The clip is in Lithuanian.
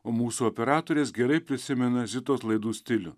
o mūsų operatorės gerai prisimena zitos laidų stilių